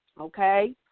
Okay